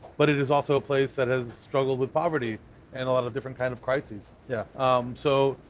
but it is also a place that has struggled with poverty and a lot of different kind of crises. yeah um so,